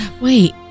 Wait